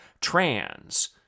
trans